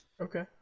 okay